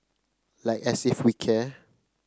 like as if we care